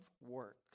works